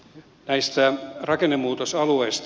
näistä rakennemuutosalueista